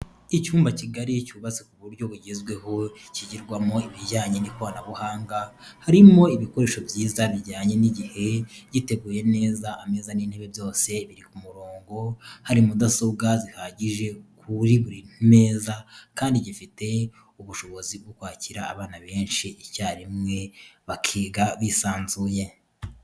Icyumba kigari cyubatse ku buryo bugezweho kigirwamo ibijyanye n'ikoranabuhanga harimo ibikoresho byiza bijyanye n'igihe, giteguye neza ameza n'intebe byose biri ku murongo ,hari mudasobwa zihagije kuri buri meza kandi gifite ubushobozi bwo kwakira abana benshi icyarimwe bakiga bisanzuye.